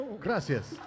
Gracias